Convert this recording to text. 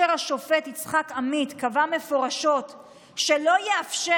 השופט יצחק עמית קבע מפורשות שלא יאפשר